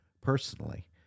personally